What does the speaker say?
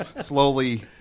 slowly